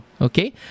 Okay